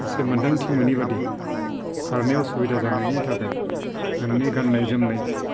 एसे मोन्दांथि मोनि बायदि खारनायाव सुबिदा जानायनि थाखाय नोंनि गाननाय जोमनाय